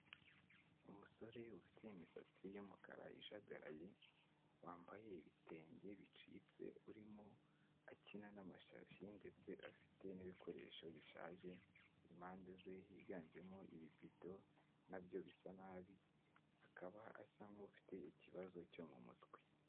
Umusore ufite imisatsi y'umukara ijagaraye, wambaye ibitenge bicitse, urimo akina n'amashashi ndetse afite n'ibikoresho bishaje, impande ze higanjemo ibibido nabyo bisa nabi, akaba asa nk'ufite ikibazo cyo mu mutwe.